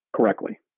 correctly